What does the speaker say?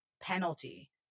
penalty